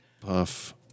Puff